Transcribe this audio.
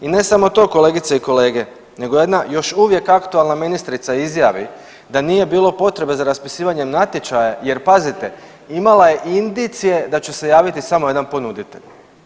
I ne samo to kolegice i kolege nego jedna još uvijek aktualna ministrica izjavi da nije bilo potrebe za raspisivanjem natječaja jer pazite imala je indicije da će se javiti samo jedan ponuditelj.